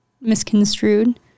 misconstrued